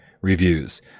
reviews